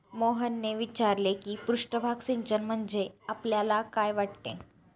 मोहनने विचारले की पृष्ठभाग सिंचन म्हणजे आपल्याला काय वाटते?